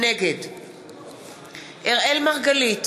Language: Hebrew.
נגד אראל מרגלית,